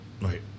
right